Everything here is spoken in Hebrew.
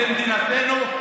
זו מדינתנו.